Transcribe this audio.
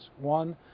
one